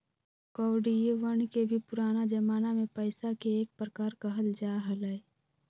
कौडियवन के भी पुराना जमाना में पैसा के एक प्रकार कहल जा हलय